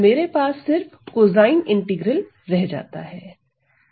और मेरे पास सिर्फ कोसाइन इंटीग्रल रह जाता है